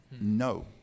No